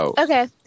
Okay